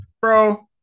Bro